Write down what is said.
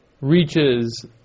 reaches